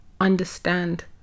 understand